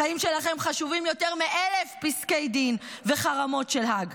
החיים שלכם חשובים יותר מ-1,000 פסקי דין וחרמות של האג.